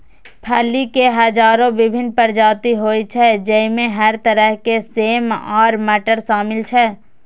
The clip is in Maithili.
फली के हजारो विभिन्न प्रजाति होइ छै, जइमे हर तरह के सेम आ मटर शामिल छै